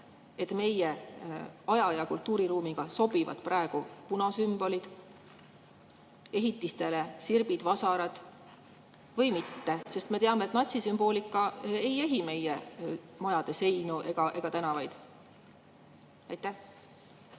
et meie aja ja kultuuriruumiga sobivad praegu punasümbolid ehitistele, sirbid-vasarad, või mitte? Me ju teame, et natsisümboolika ei ehi meie majade seinu ega tänavaid.